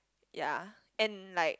ya and like